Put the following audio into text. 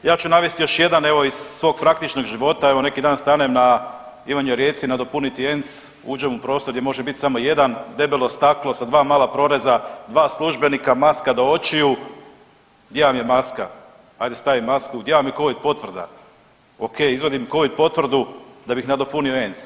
Ja ću navesti još jedan iz svog praktičnog života, evo neki dan stanem na Ivanjoj Reci nadopuniti ENC, uđem u prostor gdje može biti samo jedan debelo staklo sa dva mala proreza, dva službenika maska do očiju, di vam je maska, ajde stavim masku, gdje vam je covid potvrda, ok izvadim covid potvrdu da bi nadopunio ENC.